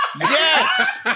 yes